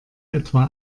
etwa